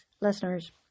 listeners